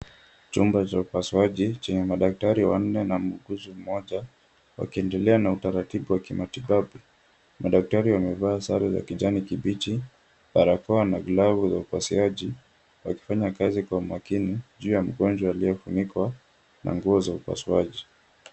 Chombo cha upasuaji chenye madaktari wanne na muuguzi mmoja wakiendelea na utaratibu wa kimatibabu. Madaktari wamevaa sare za kijani kibichi, barakoa na glavu za upasuaji wakifanya kazi kwa makini juu ya mgonjwa aliyefunikwa na nguo za upasuaji.